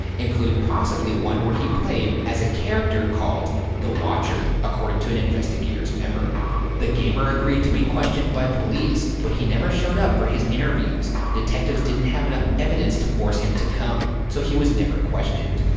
including possibly one where he played as a character called the watcher, according to an investigator's memory the gamer agreed to be questioned by police but he never showed up for his interviews. detectives didn't have enough evidence to force him to come, so he was never questioned.